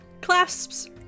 clasps